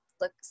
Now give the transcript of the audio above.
look